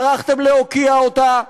טרחתם להוקיע אותה.